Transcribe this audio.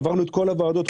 עברנו את כל הוועדות,